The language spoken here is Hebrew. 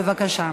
בבקשה.